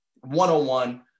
one-on-one